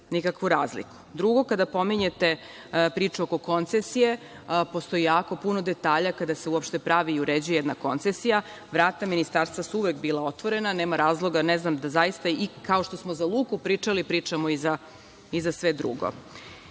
nikakvu razliku. Drugo, kada pominjete priču oko koncesije, postoji jako puno detalja kada se uopšte pravi i uređuje jedna koncesija. Vrata Ministarstva su uvek bila otvorena. Kao što smo za luku pričali, pričamo i za sve